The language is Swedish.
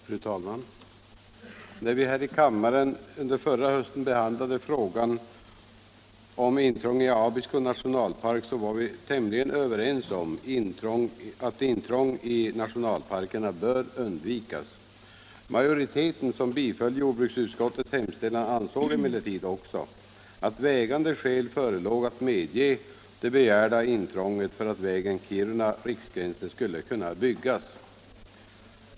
Fru talman! När vi här i kammaren under förra hösten behandlade frågan om intrång i Abisko nationalpark var vi tämligen överens om att intrång i nationalparkerna bör undvikas. Majoriteten, som biföll jordbruksutskottets hemställan, ansåg emellertid också att vägande skäl förelåg att medge det begärda intrånget för att vägen Kiruna-Riksgränsen skulle kunna byggas.